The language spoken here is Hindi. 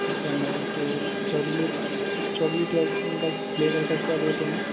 अच्छा मैम तो चॉकलेट चॉकलेटी आइसक्रीम का एक फ्लेवर का क्या रेट है मैम